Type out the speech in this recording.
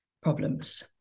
problems